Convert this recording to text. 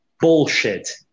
bullshit